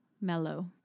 Mellow